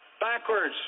backwards